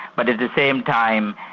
but at the same time,